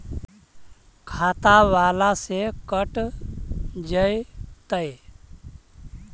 खाता बाला से कट जयतैय?